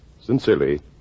Sincerely